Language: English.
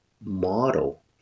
model